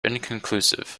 inconclusive